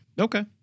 Okay